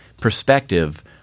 perspective